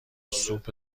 سوپ